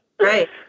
Right